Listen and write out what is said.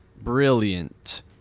Brilliant